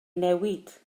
newid